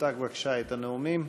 תפתח בבקשה את הנאומים.